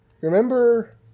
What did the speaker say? Remember